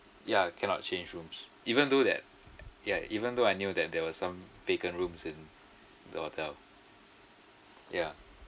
ya cannot change rooms even though that ya even though I knew that there were some vacant rooms in the hotel ya